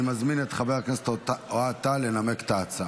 אני מזמין את חבר הכנסת אוהד טל לנמק את ההצעה.